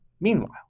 Meanwhile